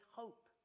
hope